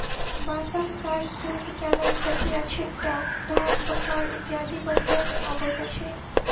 बाँसक काज सूप, चालैन, पथिया, छिट्टा, ढाक, बखार इत्यादि बनबय मे अबैत अछि